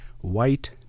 White